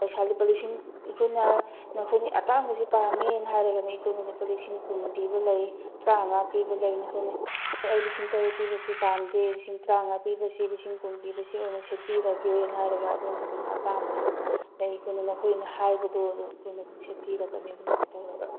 ꯄꯩꯁꯥ ꯂꯨꯄꯥ ꯂꯤꯁꯤꯡ ꯑꯩꯈꯣꯏꯅ ꯅꯈꯣꯏꯅ ꯑꯇꯥꯡꯕꯁꯦ ꯄꯥꯝꯃꯦꯅ ꯍꯥꯏꯔꯒꯅ ꯑꯩꯈꯣꯏꯅ ꯂꯨꯄꯥ ꯂꯤꯁꯤꯡ ꯀꯨꯟ ꯄꯤꯕ ꯂꯩ ꯇꯔꯥꯃꯉꯥ ꯄꯤꯕ ꯂꯩꯅꯤ ꯅꯈꯣꯏꯅ ꯑꯦ ꯑꯩ ꯂꯤꯁꯤꯡ ꯇꯔꯦꯠ ꯄꯤꯕꯁꯤ ꯄꯥꯝꯗꯦ ꯂꯤꯁꯤꯡ ꯇꯔꯥꯃꯉꯥ ꯄꯤꯕꯁꯤ ꯂꯤꯁꯤꯡ ꯀꯨꯟ ꯄꯤꯕꯁꯤ ꯑꯣꯏꯅ ꯁꯦꯠꯄꯤꯔꯒꯦꯅ ꯍꯥꯏꯔꯒ ꯑꯗꯣꯝꯒꯤ ꯑꯗꯨꯝ ꯑꯄꯥꯝꯕꯁꯨ ꯂꯩ ꯑꯩꯈꯣꯏꯅ ꯅꯈꯣꯏꯅ ꯍꯥꯏꯕꯗꯣ ꯑꯗꯨ ꯑꯩꯈꯣꯏꯅ ꯑꯗꯨꯝ ꯁꯦꯠꯄꯤꯔꯛꯀꯅꯤ ꯑꯗꯨꯃꯥꯏꯅ ꯇꯧꯔꯒ